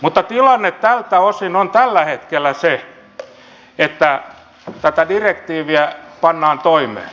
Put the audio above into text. mutta tilanne tältä osin on tällä hetkellä se että tätä direktiiviä pannaan toimeen